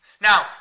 Now